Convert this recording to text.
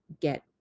get